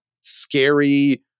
scary